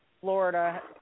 Florida